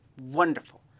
wonderful